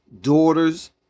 daughters